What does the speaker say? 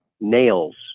nails